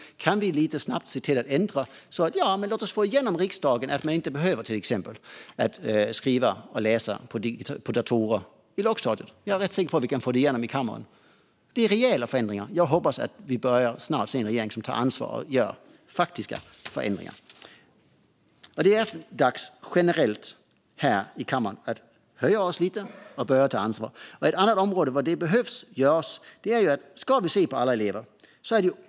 Kan vi lite snabbt se till att få igenom i riksdagen att man inte ska behöva skriva och läsa på datorer i lågstadiet, till exempel? Jag är rätt säker på att vi kan få igenom det. Det är reella förändringar. Jag hoppas att vi snart börjar se en regering som tar ansvar och gör faktiska förändringar. Det är generellt dags för oss här i kammaren att höja oss lite och börja ta ansvar. Det finns ett annat område där detta behöver göras.